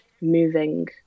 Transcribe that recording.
moving